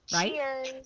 Cheers